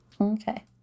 Okay